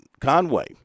Conway